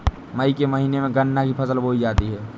मई के महीने में गन्ना की फसल बोई जाती है